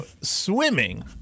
swimming